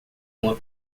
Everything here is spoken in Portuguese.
uma